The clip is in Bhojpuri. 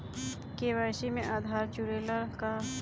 के.वाइ.सी में आधार जुड़े ला का?